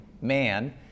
man